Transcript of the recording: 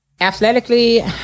Athletically